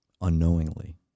Unknowingly